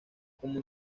como